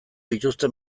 dituzte